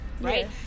Right